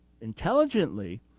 intelligently